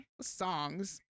songs